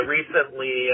recently